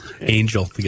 Angel